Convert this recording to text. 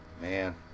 Man